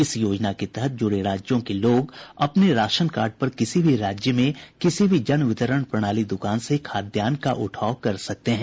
इस योजना के तहत जुड़े राज्यों के लोग अपने राशन कार्ड पर किसी भी राज्य में किसी भी जनवितरण प्रणाली दुकान से खाद्यान्न का उठाव कर सकते हैं